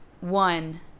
one